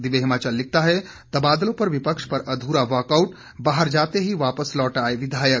दिव्य हिमाचल लिखता है तबादलों पर विपक्ष पर अधूरा वाकआउट बाहर जाते ही वापस लौट आए विधायक